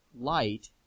light